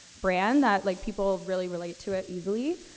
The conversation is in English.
brand, that, like, people really relate to it easily.